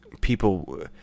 people